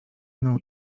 mną